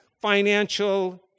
financial